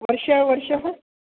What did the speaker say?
वर्ष वर्षः